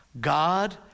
god